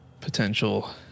potential